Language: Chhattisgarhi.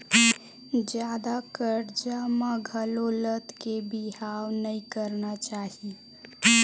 जादा करजा म घलो लद के बिहाव नइ करना चाही